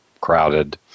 crowded